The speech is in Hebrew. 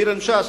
ביר-אל-משאש,